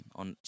on